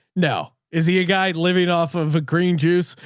now, is he a guy living off of a green juice?